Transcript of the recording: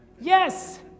Yes